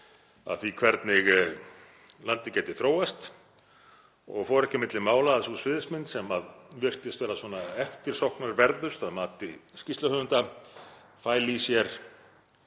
af því hvernig landið gæti þróast og fór ekki á milli mála að sú sviðsmynd sem virtist vera eftirsóknarverðust að mati skýrsluhöfunda fæli í sér